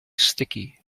sticky